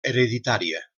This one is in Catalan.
hereditària